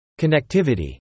Connectivity